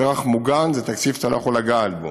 פרח מוגן זה תקציב שאתה לא יכול לגעת בו.